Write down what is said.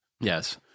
Yes